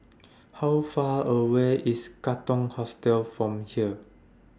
How Far away IS Katong Hostel from here